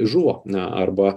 žuvo na arba